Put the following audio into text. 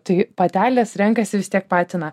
tai patelės renkasi vis tiek patiną